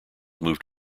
moved